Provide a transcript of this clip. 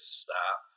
stop